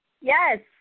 Yes